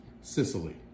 Sicily